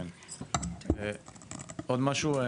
עוד משהו?